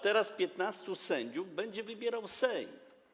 Teraz piętnastu sędziów będzie wybierał Sejm.